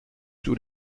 tous